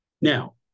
Now